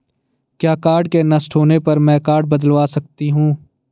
क्या कार्ड के नष्ट होने पर में कार्ड बदलवा सकती हूँ?